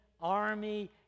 army